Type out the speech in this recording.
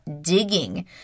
digging